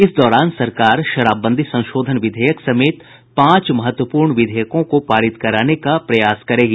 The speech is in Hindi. इस दौरान सरकार शराबबंदी संशोधन विधेयक समेत पांच महत्वपूर्ण विधेयकों को पारित कराने का प्रयास करेगी